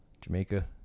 Jamaica